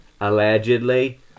allegedly